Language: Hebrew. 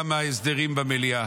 גם ההסדרים במליאה.